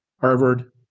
Harvard